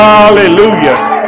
Hallelujah